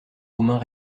romains